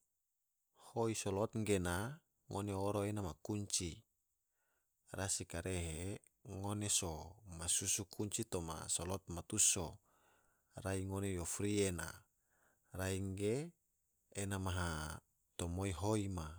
Hoi solot gena ngone oro ena ma kunci rasi karehe ngone so ma susu kunci toma slot ma tuso, rai ngone fo fri ena, rai ge ena matamoi hoi ma.